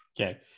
okay